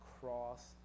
cross